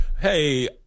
hey